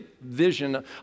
vision